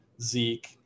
Zeke